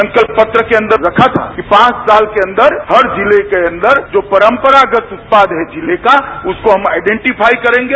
संकल्प पत्र के अन्दर रखा था कि पाँच साल के अन्दर हर जिले के अन्दर जो परम्परागत उत्पाद हैं जिले का उसको हम आईडेन्टीफाई करेंगे